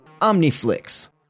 Omniflix